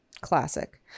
classic